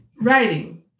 writing